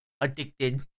addicted